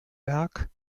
berg